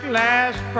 last